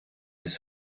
des